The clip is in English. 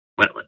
wetland